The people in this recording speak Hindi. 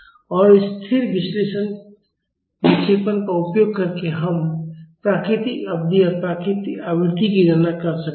और इस स्थिर विक्षेपण का उपयोग करके हम प्राकृतिक अवधि और प्राकृतिक आवृत्ति की गणना कर सकते हैं